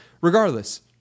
regardless